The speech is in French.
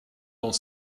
dans